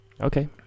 Okay